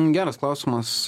geras klausimas